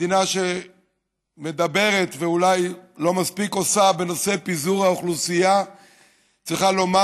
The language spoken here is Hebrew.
מדינה שמדברת ואולי לא מספיק עושה בנושא פיזור האוכלוסייה צריכה לומר,